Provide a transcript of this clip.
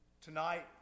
Tonight